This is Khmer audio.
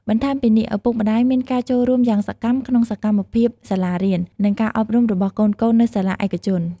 បន្ថែមពីនេះ ឪពុកម្តាយមានការចូលរួមយ៉ាងសកម្មក្នុងសកម្មភាពសាលារៀន និងការអប់រំរបស់កូនៗនៅសាលាឯកជន។